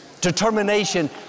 determination